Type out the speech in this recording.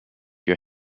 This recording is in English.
your